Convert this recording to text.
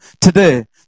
today